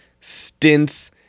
stints